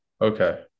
okay